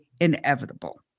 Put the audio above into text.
inevitable